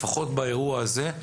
לפחות באירוע הזה,